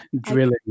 drilling